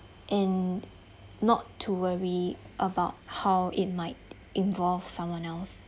and not to worry about how it might involve someone else